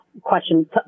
question